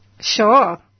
Sure